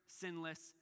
sinless